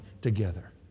together